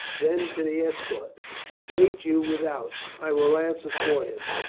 then to the escort wait you without. i will answer for him,